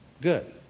good